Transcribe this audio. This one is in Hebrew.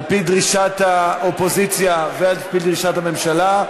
על-פי דרישת האופוזיציה ועל-פי דרישת הממשלה,